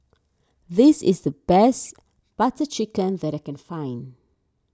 this is the best Butter Chicken that I can find